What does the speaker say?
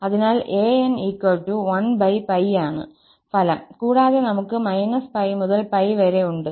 അതിനാൽ 𝑎𝑛1𝜋 ആണ് ഫലം കൂടാതെ നമുക് 𝜋 മുതൽ 𝜋 വരെ ഉണ്ട്